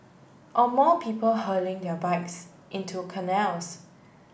or more people hurling their bikes into canals